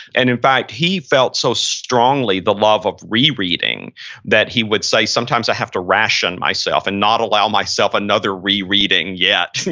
and in fact, he felt so strongly the love of rereading that he would say, sometimes i have to ration myself and not allow myself another rereading yeah yet.